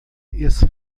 esse